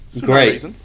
Great